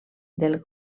del